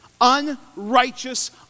unrighteous